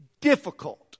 difficult